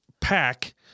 pack